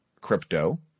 crypto